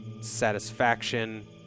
satisfaction